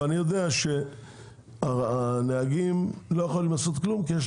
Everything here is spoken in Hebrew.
אני יודע שהנהגים לא יכולים לעשות כלום כי יש